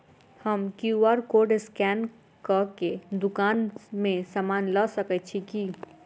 हम QR code scan कऽ केँ दुकान मे समान लऽ सकैत छी की?